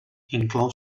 inclou